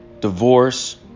divorce